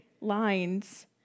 lines